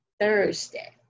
Thursday